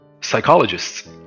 psychologists